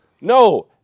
no